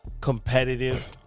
competitive